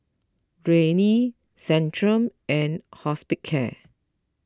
Rene Centrum and Hospicare